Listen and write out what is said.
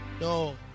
No